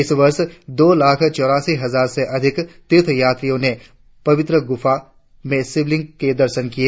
इस वर्ष दो लाख चौरासी हजार से अधिक तीर्थयात्रियों ने पवित्र गुफा में शिवलिंग के दर्शन किए